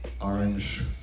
orange